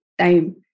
time